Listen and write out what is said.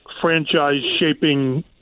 franchise-shaping